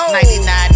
99